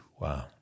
Wow